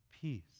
Peace